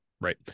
right